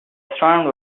restaurant